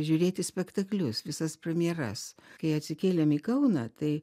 žiūrėti spektaklius visas premjeras kai atsikėlėm į kauną tai